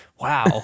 wow